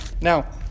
Now